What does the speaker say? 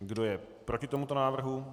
Kdo je proti tomuto návrhu?